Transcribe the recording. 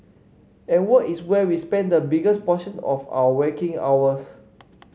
and work is where we spend the biggest portion of our waking hours